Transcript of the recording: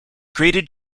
grated